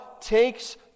takes